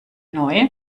neu